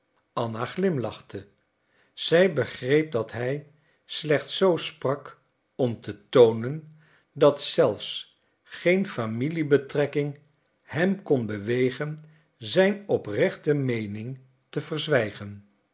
anna glimlachte zij begreep dat hij slechts zoo sprak om te toonen dat zelfs geen familiebetrekking hem kon bewegen zijn oprechte meening te verzwijgen